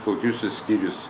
kokius jis skyrius